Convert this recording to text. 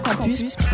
Campus